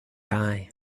eye